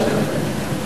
נכון.